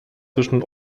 zwischen